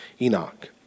Enoch